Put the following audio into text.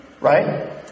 right